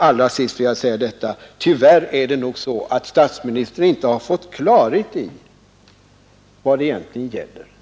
Allra sist vill jag säga att det tyvärr nog är så att statsministern inte fått klarhet i vad det här egentligen gäller.